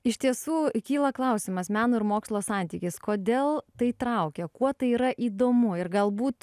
iš tiesų kyla klausimas meno ir mokslo santykis kodėl tai traukia kuo tai yra įdomu ir galbūt